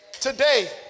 today